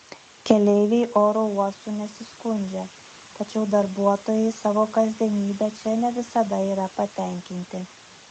keleiviai oro uostu nesiskundžia tačiau darbuotojai savo kasdienybe čia ne visada yra patenkinti